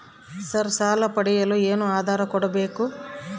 Sir ಸಾಲ ಪಡೆಯಲು ಏನು ಆಧಾರ ಕೋಡಬೇಕು?